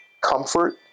comfort